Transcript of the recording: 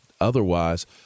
otherwise